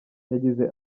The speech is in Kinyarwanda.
yagize